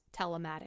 telematics